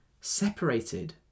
separated